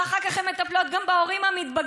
ואחר כך הן מטפלות גם בהורים המתבגרים.